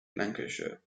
lancashire